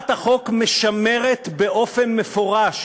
הצעת החוק משמרת באופן מפורש